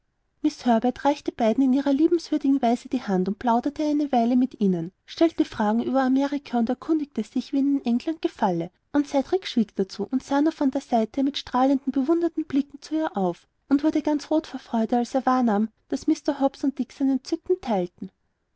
miß herbert reichte beiden in ihrer liebenswürdigen weise die hand und plauderte eine weile mit ihnen stellte fragen über amerika und erkundigte sich wie ihnen england gefalle und cedrik schwieg dazu und sah nur von der seite mit strahlenden bewundernden blicken zu ihr auf und wurde ganz rot vor freude als er wahrnahm daß mr hobbs und dick sein entzücken teilten